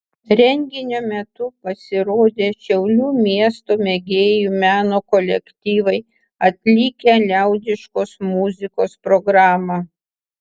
renginio metu pasirodė šiaulių miesto mėgėjų meno kolektyvai atlikę liaudiškos muzikos programą